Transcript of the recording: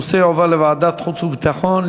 הנושא יועבר לוועדת חוץ וביטחון,